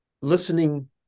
Listening